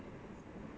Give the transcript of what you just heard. mm hmm